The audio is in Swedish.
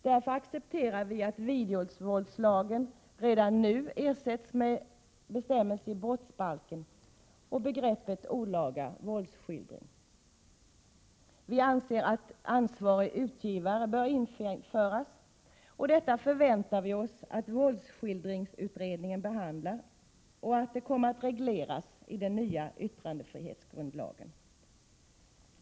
Därför accepterar vi att videovåldslagen redan nu ersätts av bestämmelser i brottsbalken, där begreppet olaga våldsskildring införs. Vi anser att ett system med ansvarig utgivare bör införas, och vi förväntar oss att våldsskildringsutredningen behandlar denna fråga och att den kommmer att regleras i den nya yttrandefrihetsgrundlagen.